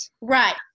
right